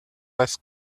less